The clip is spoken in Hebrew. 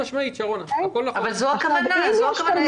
זו הכוונה.